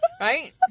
Right